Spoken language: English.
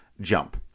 jump